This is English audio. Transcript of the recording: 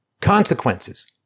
consequences